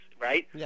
right